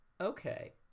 okay